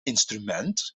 instrument